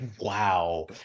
Wow